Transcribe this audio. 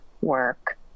work